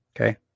okay